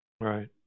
Right